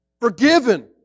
Forgiven